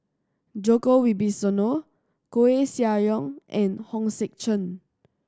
Djoko Wibisono Koeh Sia Yong and Hong Sek Chern